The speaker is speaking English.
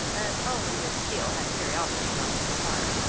as only miss steele had curiosity enough to desire.